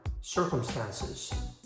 circumstances